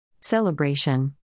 Celebration